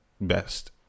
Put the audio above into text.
best